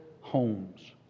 homes